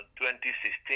2016